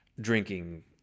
drinking